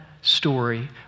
story